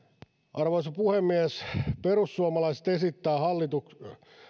arvoisa puhemies perussuomalaiset esittää hallituksen